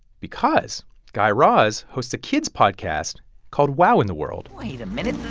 because guy raz hosts a kids podcast called wow in the world wait a minute.